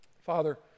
father